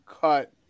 cut